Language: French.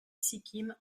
sikkim